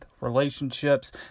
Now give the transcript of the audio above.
relationships